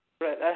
Right